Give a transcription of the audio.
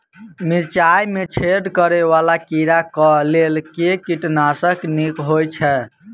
मिर्चाय मे छेद करै वला कीड़ा कऽ लेल केँ कीटनाशक नीक होइ छै?